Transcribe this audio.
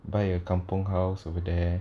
buy a kampung house over there